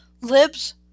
LIBS